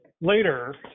later